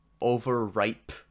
overripe